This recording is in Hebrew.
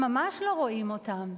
הם ממש לא רואים אותן.